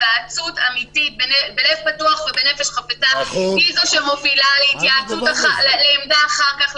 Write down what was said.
היוועצות אמיתית בלב פתוח ובנפש חפצה היא זו שמובילה לעמדה אחר כך,